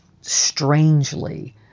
strangely